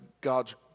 God's